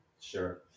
Sure